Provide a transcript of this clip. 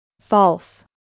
false